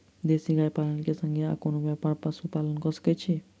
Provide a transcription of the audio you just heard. देसी गाय पालन केँ संगे आ कोनों व्यापार वा पशुपालन कऽ सकैत छी?